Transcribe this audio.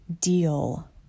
deal